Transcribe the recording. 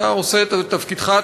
אתה עושה את תפקידך,